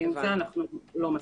ועם זה אנחנו לא מסכימים.